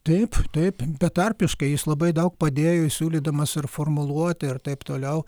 taip taip betarpiškai jis labai daug padėjo siūlydamas ir formuluotę ir taip toliau